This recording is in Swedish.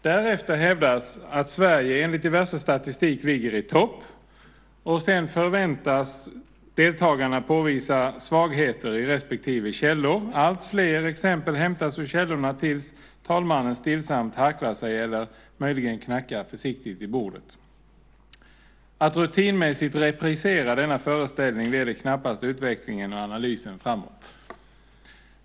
Därefter hävdas att Sverige enligt diverse statistik ligger i topp, och sedan förväntas deltagarna påvisa svagheter i respektive källor. Alltfler exempel hämtas ur källorna tills talmannen stillsamt harklar sig eller möjligen knackar i bordet. Att rutinmässigt reprisera denna föreställning leder knappast utvecklingen och analysen framåt.